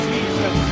Jesus